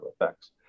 effects